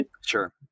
sure